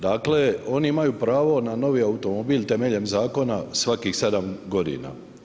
Dakle, oni imaju pravo na novi automobil temeljem zakona svakih 7 godina.